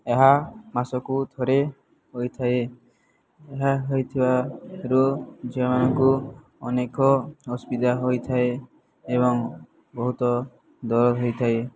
ଏହା ମାସକୁ ଥରେ ହୋଇଥାଏ ଏହା ହୋଇଥିବାରୁ ଝିଅମାନଙ୍କୁ ଅନେକ ଅସୁବିଧା ହୋଇଥାଏ ଏବଂ ବହୁତ ଦରଦ ହୋଇଥାଏ